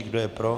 Kdo je pro?